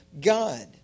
God